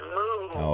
move